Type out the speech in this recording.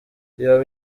iyo